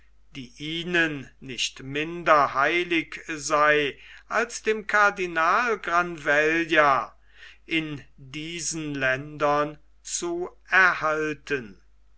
die ihnen nicht minder heilig sei als dem cardinal granvella in diesen ländern zu erhalten